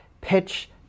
pitch